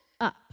up